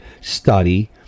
study